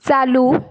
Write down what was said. चालू